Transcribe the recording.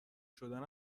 شدن